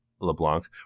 leblanc